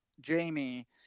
jamie